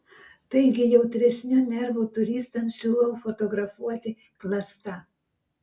taigi jautresnių nervų turistams siūlau fotografuoti klasta